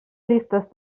llistes